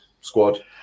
squad